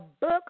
book